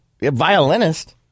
violinist